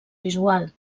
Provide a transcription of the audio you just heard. visual